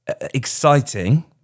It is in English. exciting